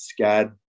scad